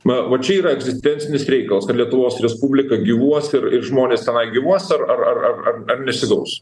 na va čia yra egzistencinis reikalas ar lietuvos respublika gyvuos ir ir žmonės tenai gyvuos ar ar ar ar ar nesigaus